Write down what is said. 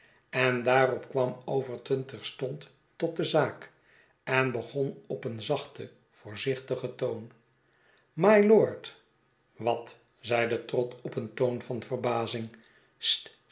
en daarop kwam overton terstond tot de zaak en begon op een zachten voorzichtigen toon mylord wat zeide trott op een toon van verbazing